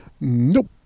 Nope